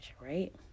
right